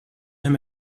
him